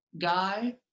guy